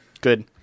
Good